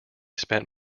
spent